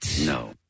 No